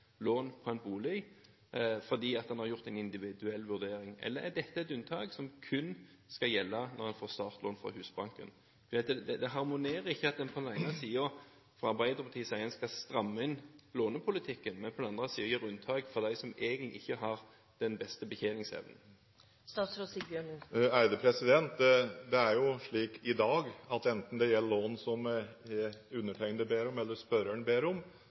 en bolig, fordi en har foretatt en individuell vurdering? Eller er dette et unntak som kun skal gjelde for dem som får startlån fra Husbanken? Det harmonerer ikke at en fra Arbeiderpartiets side på den ene siden sier at en skal stramme inn lånepolitikken, men på den andre siden gjør unntak for dem som egentlig ikke har den beste betjeningsevnen. Det er slik i dag, enten det gjelder lån som undertegnede ber om, eller som spørreren ber om,